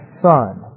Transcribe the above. Son